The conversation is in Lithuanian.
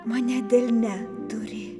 mane delne turi